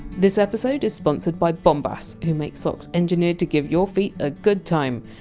this episode is sponsored by bombas, who make socks engineered to give your feet a good time.